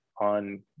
on